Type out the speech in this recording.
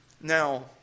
Now